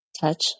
touch